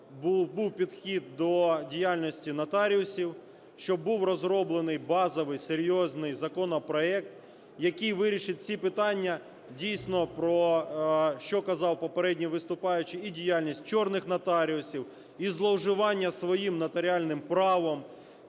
був підхід до діяльності нотаріусів, щоб був розроблений базовий серйозний законопроект, який вирішить всі питання дійсно, про що казав попередній виступаючий: і діяльність "чорних" нотаріусів, і зловживання своїм нотаріальним правом,